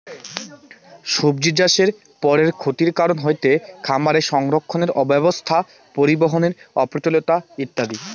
সব্জিচাষের পরের ক্ষতির কারন হয়ঠে খামারে সংরক্ষণের অব্যবস্থা, পরিবহনের অপ্রতুলতা ইত্যাদি